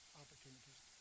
opportunities